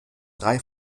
drei